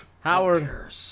Howard